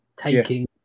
taking